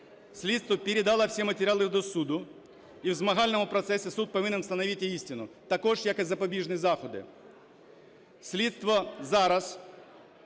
Слідство передало всі матеріали до суду. І в змагальному процесі суд повинен встановити істину, також як і запобіжні заходи.